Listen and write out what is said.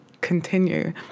continue